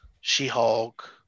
She-Hulk